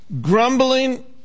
Grumbling